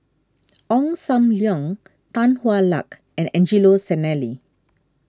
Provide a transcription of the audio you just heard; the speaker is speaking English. Ong Sam Leong Tan Hwa Luck and Angelo Sanelli